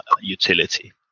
utility